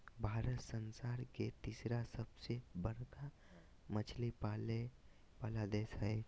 भारत संसार के तिसरा सबसे बडका मछली पाले वाला देश हइ